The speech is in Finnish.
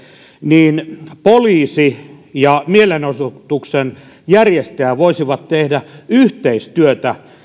niin poliisi ja mielenosoituksen järjestäjä voisivat tehdä yhteistyötä